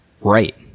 Right